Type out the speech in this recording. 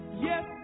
yes